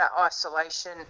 isolation